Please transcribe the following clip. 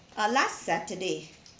uh last saturday